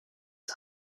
des